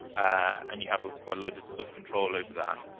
and you have quite a lot of control over that.